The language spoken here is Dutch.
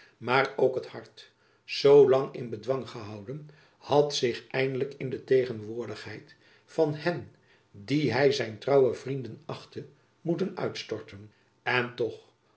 maar ook het hart zoolang in bedwang gehouden had zich eindelijk in de tegenwoordigheid van hen die hy zijn trouwe vrienden achtte moeten uitstorten en toch